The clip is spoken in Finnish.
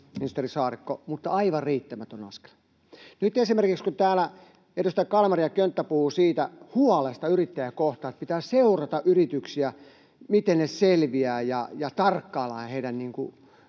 ministeri Saarikko, mutta aivan riittämätön askel. Nyt esimerkiksi, kun täällä edustajat Kalmari ja Könttä puhuivat siitä huolesta yrittäjiä kohtaan, että pitää seurata yrityksiä, miten ne selviävät, ja tarkkailla heidän